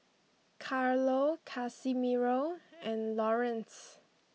Carlo Casimiro and Laurence